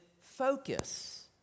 focus